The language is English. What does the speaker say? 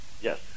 Yes